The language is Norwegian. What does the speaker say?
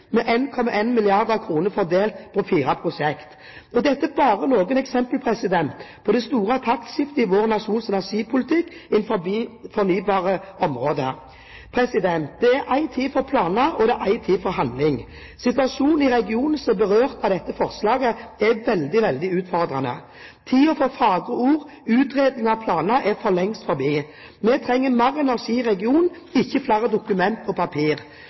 på det store taktskiftet i vår nasjons energipolitikk innenfor fornybarområdet. Det er en tid for planer og en tid for handling. Situasjonen i regionen som er berørt av dette forslaget, er veldig, veldig utfordrende. Tiden for fagre ord, utredninger og planer er for lengst forbi. Vi trenger mer energi i regionen, ikke flere dokumenter og